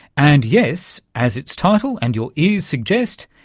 and yes, as its title and your ears suggest,